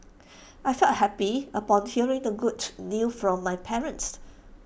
I felt happy upon hearing the good news from my parents